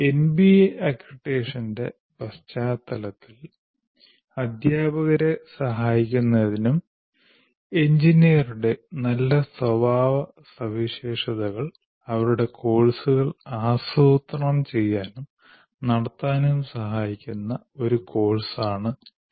NBA Accreditation ൻറെ പശ്ചാത്തലത്തിൽ അധ്യാപകരെ സഹായിക്കുന്നതിനും എഞ്ചിനീയറുടെ നല്ല സ്വഭാവസവിശേഷതകൾ അവരുടെ കോഴ്സുകൾ ആസൂത്രണം ചെയ്യാനും നടത്താനും സഹായിക്കുന്ന ഒരു കോഴ്സാണ് TALE